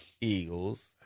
Eagles